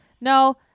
No